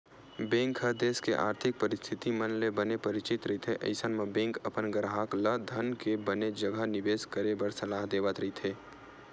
bank ह देस के आरथिक परिस्थिति मन ले बने परिचित रहिथे अइसन म बेंक अपन गराहक ल धन के बने जघा निबेस करे बर सलाह देवत रहिथे